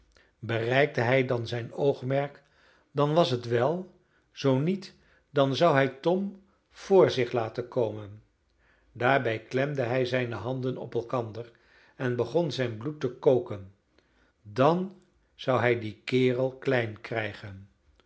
bereikte hij dan zijn oogmerk dan was het wel zoo niet dan zou hij tom vr zich laten komen daarbij klemde hij zijne tanden op elkander en begon zijn bloed te koken dan zou hij dien kerel klein krijgen